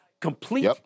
Complete